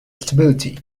stability